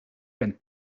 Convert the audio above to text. ben